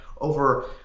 over